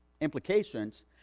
implications